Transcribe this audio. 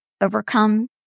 overcome